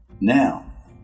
Now